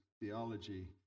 theology